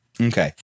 Okay